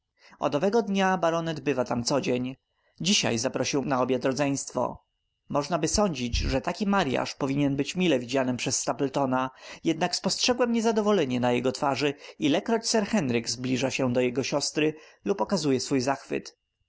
od owego dnia baronet bywa tam codzień dzisiaj zaprosił na obiad rodzeństwo możnaby sądzić że taki maryaż powinien być mile widzianym przez stapletona jednak spostrzegam niezadowolenie na jego twarzy ilekroć sir henryk zbliża się do jego siostry lub okazuje swój zachwyt